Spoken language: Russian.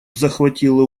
захватило